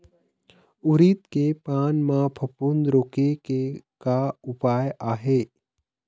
उरीद के पान म फफूंद रोके के का उपाय आहे?